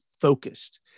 focused